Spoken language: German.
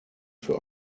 für